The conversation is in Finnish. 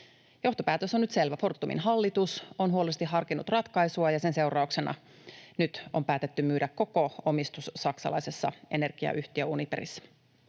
Johtopäätös on nyt selvä: Fortumin hallitus on huolellisesti harkinnut ratkaisua, ja sen seurauksena nyt on päätetty myydä koko omistus saksalaisessa energiayhtiö Uniperissä.